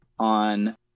On